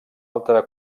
altra